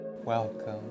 Welcome